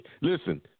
listen